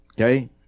Okay